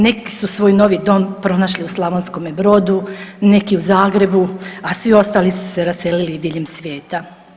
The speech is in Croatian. Neki su svoj novi dom pronašli u Slavonskome Brodu, neki u Zagrebu, a svi ostali su se raselili diljem svijeta.